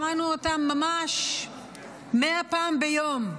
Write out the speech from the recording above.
שמענו אותם ממש מאה פעם ביום,